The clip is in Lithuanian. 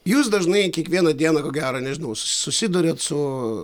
jūs dažnai kiekvieną dieną ko gero nežinau susiduriat su